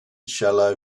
shallow